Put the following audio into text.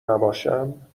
نباشم